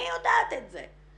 אני יודעת את זה.